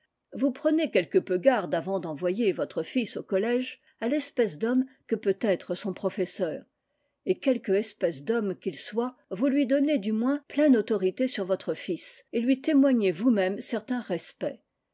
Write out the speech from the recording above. vous prenez quelque peu garde avant d'envoyer votre fils au collège à l'espèce d'homme que peut être son professeur et quelque espèce d'homme qu'il soit vous lui donnez du moins pleine autorité sur votre fils et lui témoignez vous-même certain respect